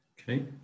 Okay